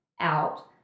out